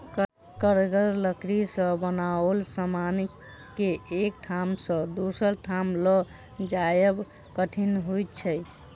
कड़गर लकड़ी सॅ बनाओल समान के एक ठाम सॅ दोसर ठाम ल जायब कठिन होइत छै